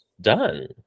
done